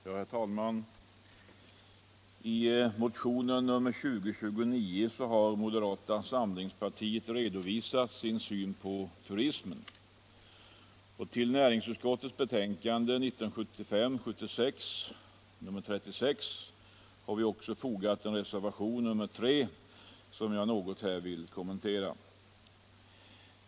Herr talman! I motionen 2029 har moderata samlingspartiet redovisat sin syn på turismen. Till näringsutskottets betänkande nr 36 har vi också fogat en reservation, nr 3, som jag något vill kommentera.